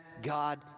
God